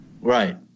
Right